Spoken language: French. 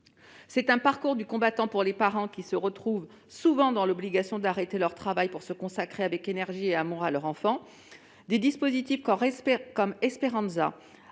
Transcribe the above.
c'est le parcours du combattant pour les parents qui se retrouvent souvent dans l'obligation d'arrêter leur travail pour se consacrer avec énergie et amour à leur enfant. Des dispositifs comme Esperanza,